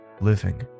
living